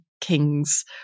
kings